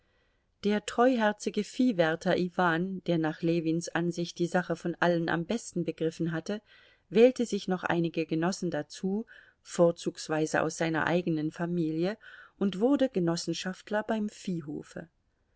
der treuherzige viehwärter iwan der nach ljewins ansicht die sache von allen am besten begriffen hatte wählte sich noch einige genossen dazu vorzugsweise aus seiner eigenen familie und wurde genossenschafter beim viehhofe